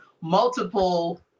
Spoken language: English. multiple